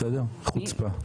בסדר, חוצפה.